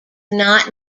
not